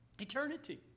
Eternity